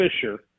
Fisher